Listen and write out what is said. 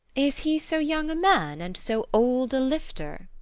is he so young a man and so old a lifter?